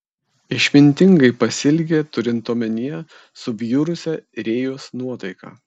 išmintingai pasielgė turint omenyje subjurusią rėjos nuotaiką